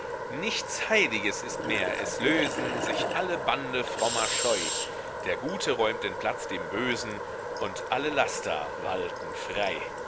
nichts heiliges ist mehr es lösen sich alle bande frommer scheu der gute räumt den platz dem bösen und alle laster walten frei